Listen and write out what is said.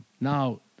now